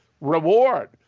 reward